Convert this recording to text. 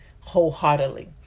wholeheartedly